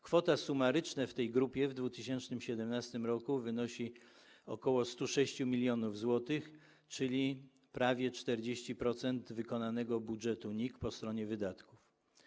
Kwota sumaryczna w tej grupie w 2017 r. wynosi ok. 106 mln zł, czyli prawie 40% wykonanego budżetu NIK po stronie wydatków.